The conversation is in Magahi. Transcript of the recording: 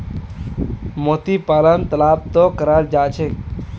मोती पालन तालाबतो कराल जा छेक